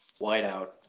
whiteout